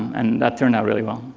and that turned out really well.